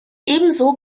ebenso